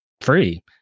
free